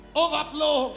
overflow